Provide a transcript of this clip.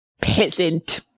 Peasant